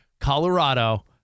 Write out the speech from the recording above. Colorado